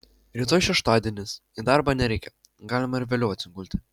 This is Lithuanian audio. rytoj šeštadienis į darbą nereikia galima ir vėliau atsigulti